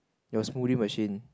your smoothie machine